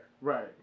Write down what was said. right